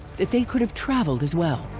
that they could have traveled as well.